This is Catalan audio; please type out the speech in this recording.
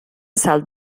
salt